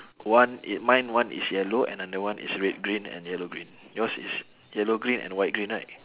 one i~ mine one is yellow another one is red green and yellow green yours is yellow green and white green right